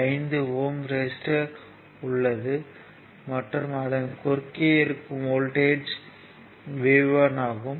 5 ohm resistor உள்ளது மற்றும் அதன் குறுக்கே இருக்கும் வோல்ட்டேஜ் V1 ஆகும்